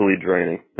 draining